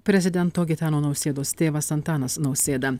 prezidento gitano nausėdos tėvas antanas nausėda